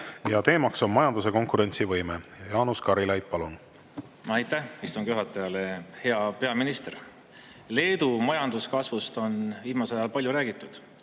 Teema on majanduse konkurentsivõime. Jaanus Karilaid, palun! Aitäh istungi juhatajale! Hea peaminister! Leedu majanduskasvust on viimasel ajal palju räägitud.